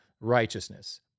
righteousness